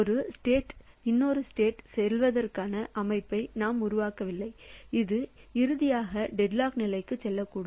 ஒரு ஸ்டேட் இன்னொரு ஸ்டேட் செல்வதற்கான அமைப்பை நாம் உருவாக்கவில்லை அது இறுதியாக டெட்லாக் நிலைக்குச் செல்லக்கூடும்